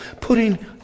Putting